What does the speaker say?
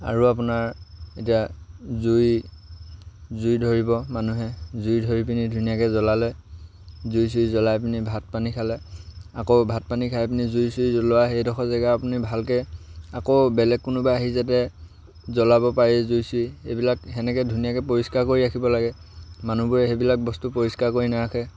আৰু আপোনাৰ এতিয়া জুই জুই ধৰিব মানুহে জুই ধৰি পিনি ধুনীয়াকৈ জ্বলালে জুই চুই জ্বলাই পিনি ভাত পানী খালে আকৌ ভাত পানী খাই পিনি জুই চুই জ্বলোৱা সেইডোখৰ জেগা আপুনি ভালকৈ আকৌ বেলেগ কোনোবাই আহি যাতে জ্বলাব পাৰে জুই চুই এইবিলাক সেনেকৈ ধুনীয়াকৈ পৰিষ্কাৰ কৰি ৰাখিব লাগে মানুহবোৰে সেইবিলাক বস্তু পৰিষ্কাৰ কৰি নাৰাখে